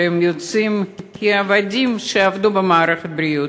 שהם יוצאים כעבדים שעבדו במערכת בריאות,